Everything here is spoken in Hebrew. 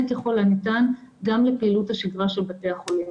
ככל הניתן גם לפעילות השגרה של בתי החולים.